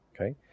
Okay